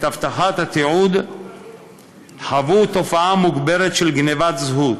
אבטחת התיעוד חוו תופעה מוגברת של גנבת זהות.